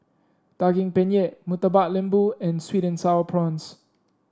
Daging Penyet Murtabak Lembu and sweet and sour prawns